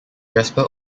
jasper